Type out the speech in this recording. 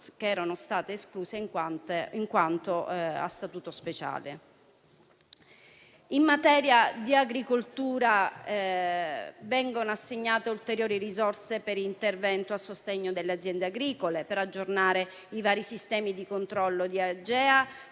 erano state escluse in quanto a Statuto speciale. In materia di agricoltura, vengono assegnate ulteriori risorse per interventi a sostegno delle aziende agricole e per aggiornare i vari sistemi di controllo di AGEA